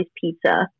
pizza